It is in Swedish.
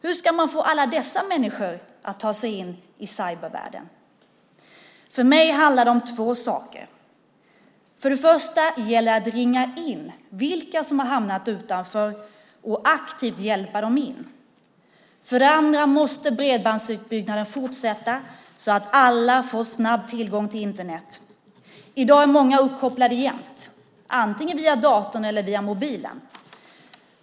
Hur ska man få alla dessa människor att ta sig in i cybervärlden? För mig handlar det om två saker. För det första gäller det att ringa in vilka som har hamnat utanför och aktivt hjälpa dem in. För det andra måste bredbandsutbyggnaden fortsätta, så att alla får snabb tillgång till Internet. I dag är många uppkopplade jämt, antingen via datorn eller via mobilen.